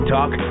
Talk